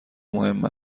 مهم